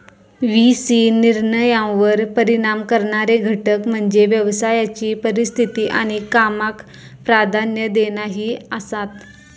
V C निर्णयांवर परिणाम करणारे घटक म्हणजे व्यवसायाची परिस्थिती आणि कामाक प्राधान्य देणा ही आसात